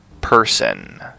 person